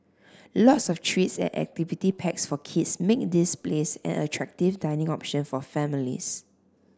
lots of treats and activity packs for kids make this place an attractive dining option for families